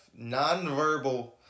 nonverbal